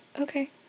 okay